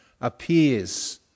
appears